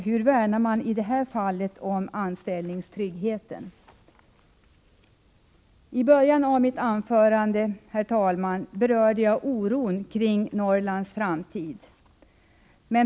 Hur värnar man i det här fallet om anställningstryggheten? I början av mitt anförande berörde jag, herr talman, oron kring Norrlands framtid.